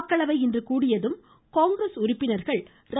மக்களவை இன்று கூடியதும் காங்கிரஸ் உறுப்பினர்கள் ர